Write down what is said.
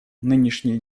нынешний